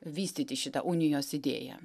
vystyti šitą unijos idėją